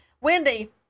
Wendy